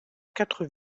quatre